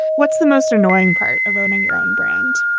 what's the most annoying part of owning your own brand?